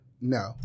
No